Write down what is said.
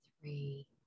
three